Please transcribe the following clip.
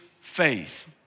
faith